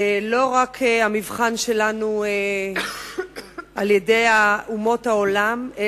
לא רק המבחן שלנו על-ידי אומות העולם,